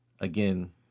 again